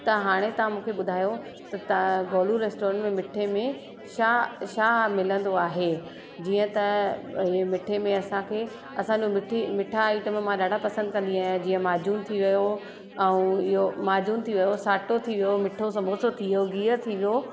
त हाणे तव्हां मूंखे ॿुधायो त तव्हां गोलू रेस्टोरेंट मिठे में छा छा मिलंदो आहे जीअं त भई मिठे में असांखे असांखे मिठो मिठाई त मां ॾाढा पसंदि कंदी आहियां ऐं जीअं माजून थी वियो ऐं इहो माजून थी वियो साटो थी वियो मिठो समोसो थी वियो गीहर थी वियो